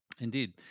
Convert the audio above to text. Indeed